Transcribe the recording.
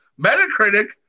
Metacritic